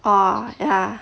orh ya